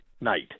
night